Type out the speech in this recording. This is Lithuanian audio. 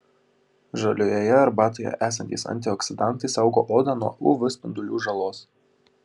žaliojoje arbatoje esantys antioksidantai saugo odą nuo uv spindulių žalos